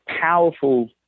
powerful